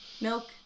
Milk